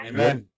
Amen